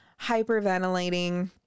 hyperventilating